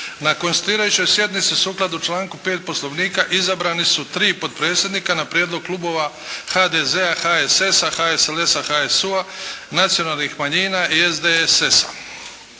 Na Konstituirajućoj sjednici sukladno članku 5. Poslovnika izabrani su tri potpredsjednika na prijedlog klubova HDZ-a, HSS-a, HSLS-a, HSU-a, nacionalnih manjina i SDSS-a.